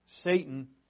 Satan